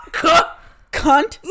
cunt